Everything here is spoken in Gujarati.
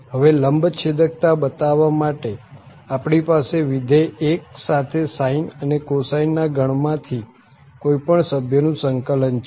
હવે લંબચ્છેદકતા બતાવવા માટે આપણી પાસે વિધેય 1 સાથે sine અને cosine ના ગણ માં થી કોઈ પણ સભ્ય નું સંકલન છે